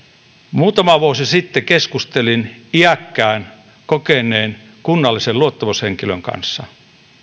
muutama vuosi sitten keskustelin iäkkään kokeneen kunnallisen luottamushenkilön kanssa